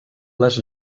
les